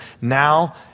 Now